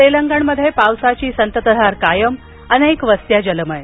तेलंगणमध्ये पावसाची संततधार कायम अनेक वस्त्या जलमय